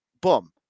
boom